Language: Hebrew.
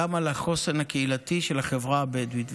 גם על החוסן הקהילתי של החברה הבדואית,